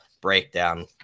breakdown